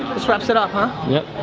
this wraps it up, huh? yep.